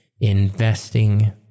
investing